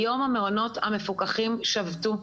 הום המעונות המפוקחים שבתו.